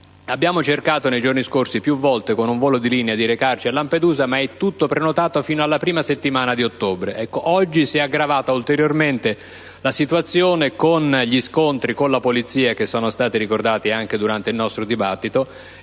abbiamo cercato più volte, con un volo di linea, di recarci a Lampedusa, ma è tutto prenotato fino alla prima settimana di ottobre. Oggi la situazione si è aggravata ulteriormente, con gli scontri con la polizia che sono stati ricordati anche durante il nostro dibattito.